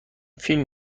فیلم